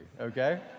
okay